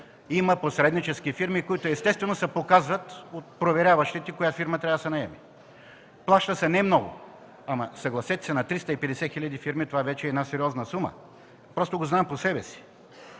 Има посреднически фирми, които, естествено се показват от проверяващите коя фирма трябва да се наеме. Плаща се не много, но, съгласете се, при 350 хиляди фирми това е една сериозна сума. Просто го знам по себе си.